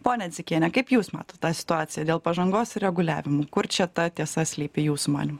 pone dzikiene kaip jūs matot tą situaciją dėl pažangos ir reguliavimų kur čia ta tiesa slypi jūsų manymu